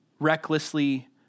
recklessly